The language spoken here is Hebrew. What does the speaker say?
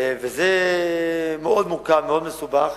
זה מאוד מורכב, מאוד מסובך.